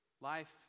Life